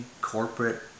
corporate